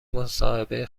مصاحبه